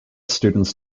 students